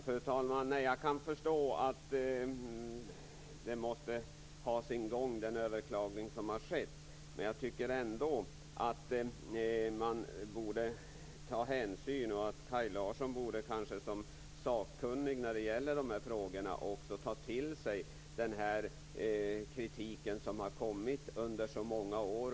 Fru talman! Jag kan förstå att det överklagande som har skett måste ha sin gång. Men jag tycker ändå att man borde ta hänsyn. Kaj Larsson borde kanske också som sakkunnig när det gäller de här frågorna ta till sig den kritik som har kommit uppifrån under så många år.